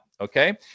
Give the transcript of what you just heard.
Okay